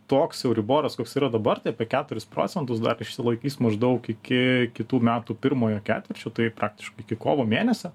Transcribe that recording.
toks euriboras koks yra dabar tai apie keturis procentu dar išsilaikys maždaug iki kitų metų pirmojo ketvirčio tai praktiškai iki kovo mėnesio